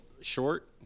short